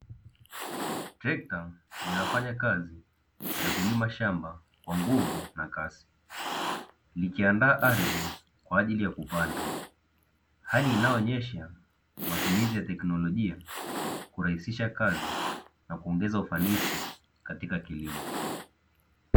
Trekta linafanya kazi ya kulima shamba kwa nguvu na kasi, likiandaa ardhi kwa ajili ya kupanda, hali inayoonyesha matumizi ya teknolojia, kurahisisha kazi na kuongeza ufanisi katika kilimo.